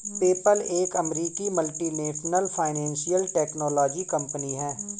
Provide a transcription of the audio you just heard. PayPal एक अमेरिकी multinational financial technology company है